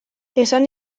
esan